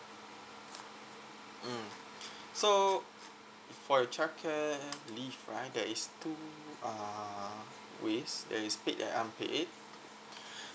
mm so for your child care leave right there is two uh ways there is paid and unpaid